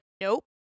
nope